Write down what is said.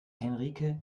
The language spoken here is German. henrike